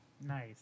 Nice